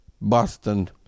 Boston